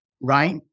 right